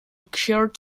occurred